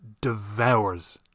Devours